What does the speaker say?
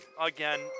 Again